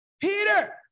Peter